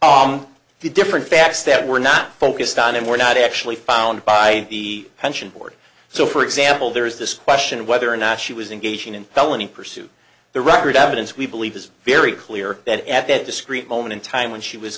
the different facts that were not focused on and were not actually found by the pension board so for example there is this question of whether or not she was engaging in felony pursuit the record evidence we believe is very clear that at that discrete moment in time when she was